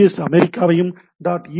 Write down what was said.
S" அமெரிக்காவையும் "dot ஈ